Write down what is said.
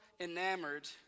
enamored